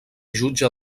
jutge